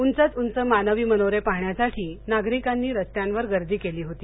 उंचच उंच मानवी मनोरे पाहण्यासाठी नागरिकांनी रस्त्यांवर गर्दी केली होती